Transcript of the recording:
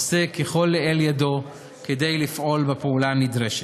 עושה כל שלאל ידו כדי לפעול בפעולה הנדרשת.